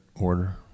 order